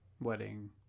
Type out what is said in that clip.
wedding